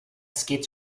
skates